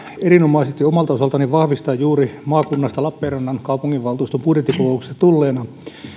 erinomaisesti omalta osaltani vahvistaa juuri maakunnasta lappeenrannan kaupunginvaltuuston budjettikokouksesta tulleena